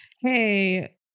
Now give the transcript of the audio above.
hey